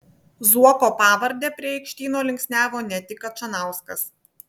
zuoko pavardę prie aikštyno linksniavo ne tik kačanauskas